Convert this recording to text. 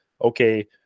okay